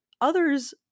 Others